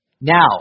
Now